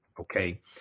Okay